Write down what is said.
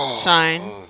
Shine